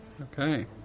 Okay